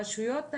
הרשויות,